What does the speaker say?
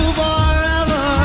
forever